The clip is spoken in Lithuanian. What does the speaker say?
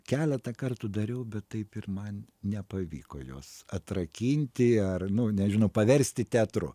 keletą kartų dariau bet taip ir man nepavyko jos atrakinti ar nu nežinau paversti teatru